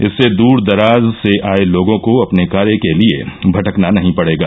इससे दूर दराज से आये लोगों को अपने कार्य के लिये भटकना नही पड़ेगा